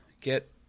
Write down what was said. get